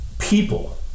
people